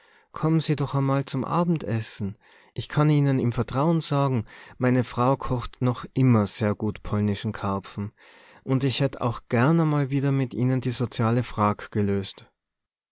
kommen se doch emal zum abendessen ich kann ihnen im vertrauen sagen meine frau kocht noch immer sehr gut polnischen karpfen und ich hätt auch gern emal wieder mit ihnen die soziale frag gelöst